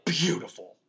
beautiful